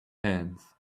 hands